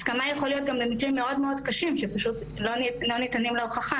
הסכמה יכולה להיות גם במקרים מאוד קשים שפשוט לא ניתנים להוכחה.